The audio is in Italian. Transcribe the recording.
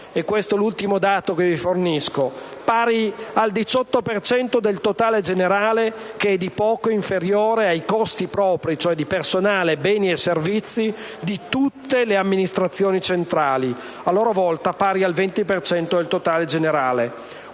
debito (è l'ultimo dato che vi fornisco), pari al 18 per cento del totale generale, che è di poco inferiore ai costi propri (personale, beni e servizi) di tutte le amministrazioni centrali, a loro volta pari al 20 per cento del totale generale.